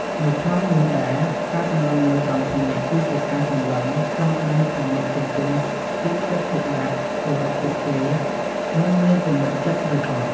នៅក្នុងនោះដែរ ការសម្លឹងមើលត្រង់ភ្នែកគឺជាការសម្លឹងចង់ដឹងថាអ្នកកំពុងយកចិត្តទុកដាក់ គោរពពួកគេ និងមានទំនុកចិត្តឬអត់។